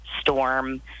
storm